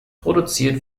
produziert